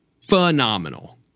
phenomenal